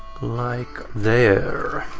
like. there.